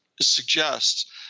suggests